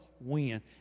win